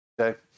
Okay